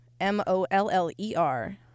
M-O-L-L-E-R